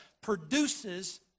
produces